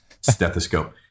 stethoscope